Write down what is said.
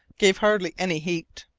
gave hardly any heat.